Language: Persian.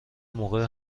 موقع